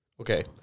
Okay